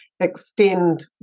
extend